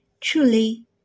truly